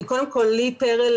קודם כל לי פרל,